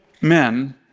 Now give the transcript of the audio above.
men